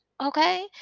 Okay